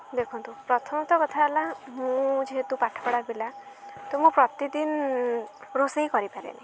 ଦେଖନ୍ତୁ ପ୍ରଥମତଃ କଥା ହେଲା ମୁଁ ଯେହେତୁ ପାଠପଢ଼ା ପିଲା ତ ମୁଁ ପ୍ରତିଦିନ ରୋଷେଇ କରିପାରେନି